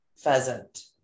pheasant